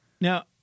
Now